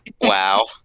Wow